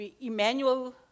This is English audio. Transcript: Emmanuel